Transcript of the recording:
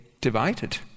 divided